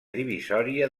divisòria